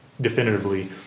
definitively